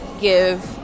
give